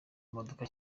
imodoka